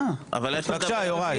בבקשה, יוראי.